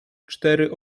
cztery